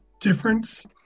difference